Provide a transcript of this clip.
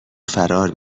فرار